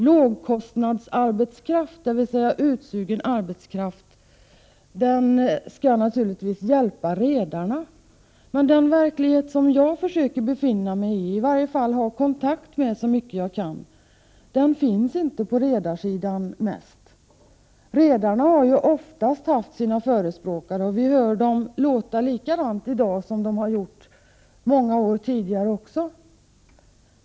Lågkostnadsarbetskraft, dvs. utsugen arbetskraft, skall naturligtvis hjälpa redarna. Men den verklighet jag försöker befinna mig i eller i varje fall ha kontakt med så mycket jag kan, den finns inte mest på redarsidan. Redarna har ofta haft sina förespråkare här, och vi har hört dem i dag låta likadant som många år tidigare.